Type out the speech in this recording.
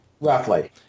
Roughly